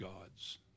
God's